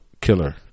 killer